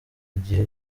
igihe